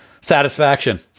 Satisfaction